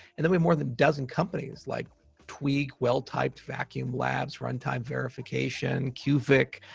and then we more than dozen companies like tweak, well type, vacuumlabs, runtime verification, qvik,